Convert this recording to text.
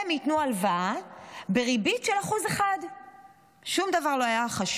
הם ייתנו לו הלוואה בריבית של 1%. שום דבר לא היה חשוד,